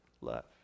love